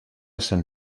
se’n